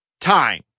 time